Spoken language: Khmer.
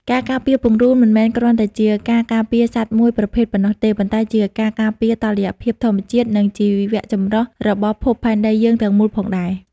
ការការពារពង្រូលមិនមែនគ្រាន់តែជាការការពារសត្វមួយប្រភេទប៉ុណ្ណោះទេ ប៉ុន្តែជាការការពារតុល្យភាពធម្មជាតិនិងជីវចម្រុះរបស់ភពផែនដីយើងទាំងមូលផងដែរ។